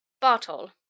Bartol